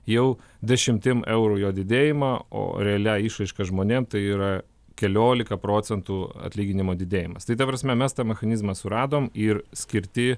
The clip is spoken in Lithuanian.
jau dešimim eurų jo didėjimą o realia išraiška žmonėm tai yra keliolika procentų atlyginimo didėjimas tai ta prasme mes tą mechanizmą suradom ir skirti